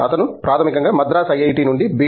అతను ప్రాథమికంగా మద్రాస్ ఐఐటి నుండి బి